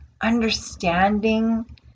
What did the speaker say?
understanding